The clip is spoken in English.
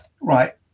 Right